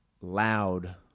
Loud